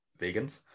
vegans